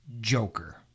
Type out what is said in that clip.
Joker